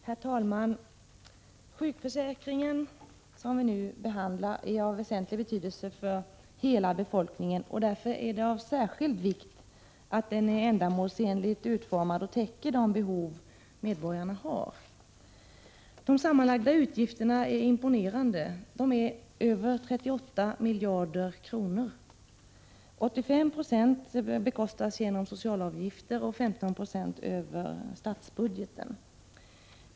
Herr talman! Sjukförsäkringen, som vi nu behandlar, är av väsentlig betydelse för hela befolkningen, och därför är det av särskild vikt att den är ändamålsenligt utformad och täcker de behov medborgarna har. De sammanlagda utgifterna är imponerande. De uppgår till över 38 miljarder kronor. 85 90 bekostas genom socialavgifter och 15 20 över statsbudgeten.